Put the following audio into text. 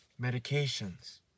Medications